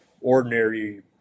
ordinary